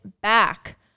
back